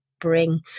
bring